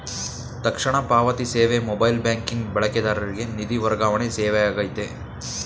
ತಕ್ಷಣ ಪಾವತಿ ಸೇವೆ ಮೊಬೈಲ್ ಬ್ಯಾಂಕಿಂಗ್ ಬಳಕೆದಾರರಿಗೆ ನಿಧಿ ವರ್ಗಾವಣೆ ಸೇವೆಯಾಗೈತೆ